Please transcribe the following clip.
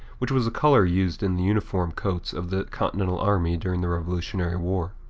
which was a color used in the uniform coats of the continental army during the revolutionary war.